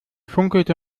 funkelte